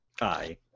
Aye